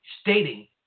stating